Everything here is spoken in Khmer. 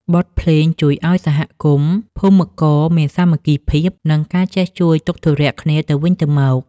បទភ្លេងជួយឱ្យសហគមន៍ភូមិករមានសាមគ្គីភាព និងការចេះជួយទុក្ខធុរៈគ្នាទៅវិញទៅមក។